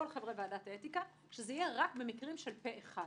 כל חברי ועדת האתיקה - שזה יהיה רק במקרים של פה אחד,